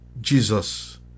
Jesus